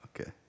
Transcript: okay